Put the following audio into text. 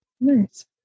Nice